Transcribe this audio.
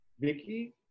Vicky